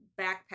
backpack